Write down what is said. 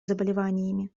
заболеваниями